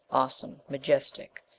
awesome. majestic.